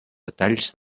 detalls